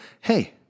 Hey